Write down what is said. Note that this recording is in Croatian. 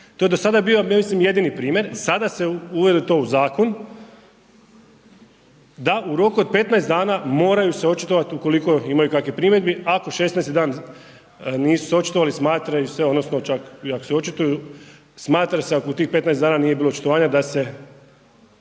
je bio, ja mislim jedini primjer, sada se uvede to u zakon, da u roku od 15 dana moraju se očitovati ukoliko imaju kakvih primjedbi, ako 16 dan nisu se očitovali, smatraju se, odnosno, čak i ako se očituju, smatra se ako u tih 15 dana nije bilo očitovanja, da se